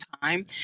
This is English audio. time